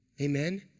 Amen